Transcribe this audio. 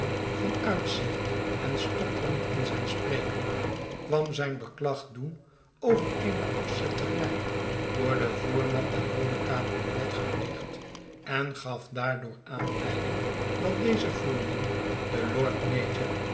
van uitzicht en stotterend in zijn spreken kwam zijn beklag doen over eene afzetterij door den voerman der roode cabriolet gepleegd en gaf daardoor aanleiding dat deze voerman de lordmayor